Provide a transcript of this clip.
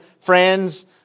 friends